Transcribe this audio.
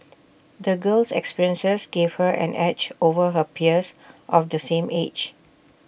the girl's experiences gave her an edge over her peers of the same age